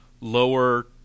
lower